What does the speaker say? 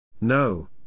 No